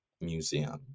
museum